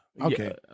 Okay